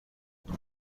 این